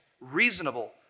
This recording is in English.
reasonable